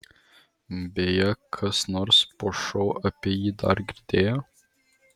beje kas nors po šou apie jį dar girdėjo